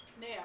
Now